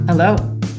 Hello